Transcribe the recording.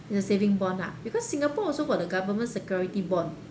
the saving bond lah because singapore also got the government security bond